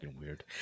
weird